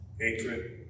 hatred